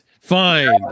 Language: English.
Fine